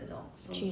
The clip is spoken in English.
mmhm